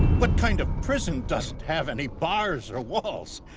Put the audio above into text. what kind of prison doesn't have any bars or walls?